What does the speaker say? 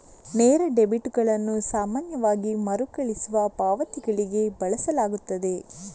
ನೇರ ಡೆಬಿಟುಗಳನ್ನು ಸಾಮಾನ್ಯವಾಗಿ ಮರುಕಳಿಸುವ ಪಾವತಿಗಳಿಗೆ ಬಳಸಲಾಗುತ್ತದೆ